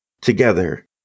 together